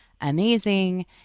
amazing